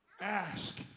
ask